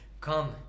come